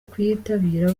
kuyitabira